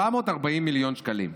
740 מיליון שקלים.